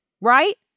right